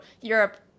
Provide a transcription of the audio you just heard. Europe